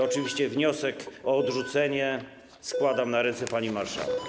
Oczywiście wniosek o odrzucenie składam na ręce pani marszałek.